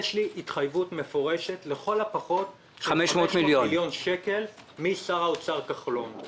יש לי התחייבות מפורשת לכל הפחות ל-500 מיליון שקל משר האוצר כחלון.